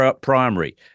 primary